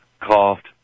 coughed